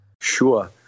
Sure